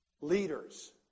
leaders